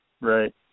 Right